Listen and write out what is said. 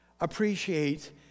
appreciate